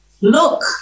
look